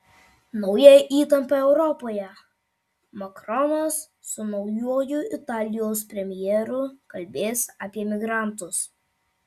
nauja įtampa europoje makronas su naujuoju italijos premjeru kalbės apie migrantus